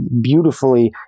beautifully